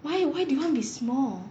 why why do you want be small